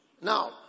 Now